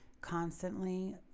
constantly